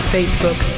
Facebook